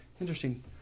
interesting